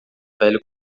velho